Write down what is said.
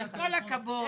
עם כל הכבוד,